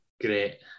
Great